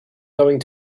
going